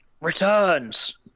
returns